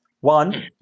One